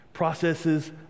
processes